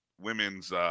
women's